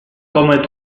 come